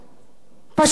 פשוט בנס,